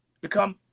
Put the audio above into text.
become